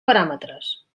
paràmetres